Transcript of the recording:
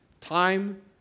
time